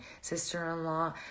sister-in-law